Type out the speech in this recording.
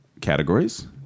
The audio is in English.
categories